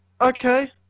okay